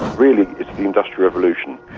really it's the industrial revolution,